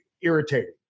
irritating